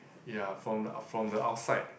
ya from the from the outside